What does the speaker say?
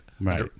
Right